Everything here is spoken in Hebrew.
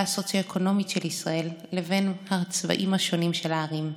הסוציו-אקונומית של ישראל לבין הצבעים השונים של הערים.